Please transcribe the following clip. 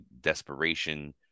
desperation-